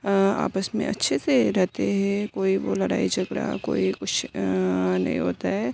آپس میں اچھے سے ہی رہتے ہیں کوئی وہ لڑائی جھگڑا کوئی کچھ نہیں ہوتا ہے